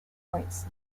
points